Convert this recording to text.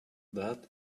that